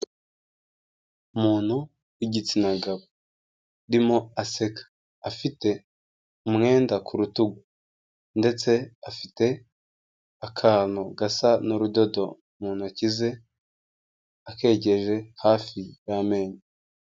Umuntu w'igitsina gabo. Ndimo aseka. Afite umwenda ku rutugu. Ndetse afite akantu gasa n'urudodo mu ntoki ze, akegeje hafi y'amenyo.